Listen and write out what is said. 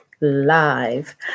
Live